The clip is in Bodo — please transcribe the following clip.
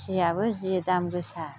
खुसियाबो जि दाम गोसा